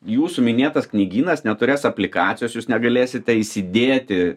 jūsų minėtas knygynas neturės aplikacijos jūs negalėsite įsidėti